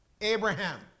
Abraham